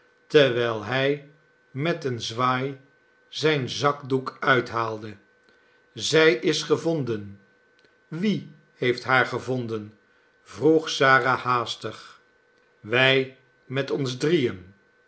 terwijl hij met een zwaai zijn zakdoek uithaalde zij is gevonden wie heeft haar gevonden vroeg sara haastig wij met ons drieen